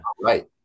Right